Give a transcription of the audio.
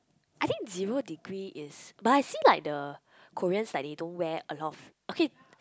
I think zero degree is but I see like the Koreans like they don't wear a lot of okay